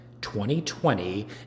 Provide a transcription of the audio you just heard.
2020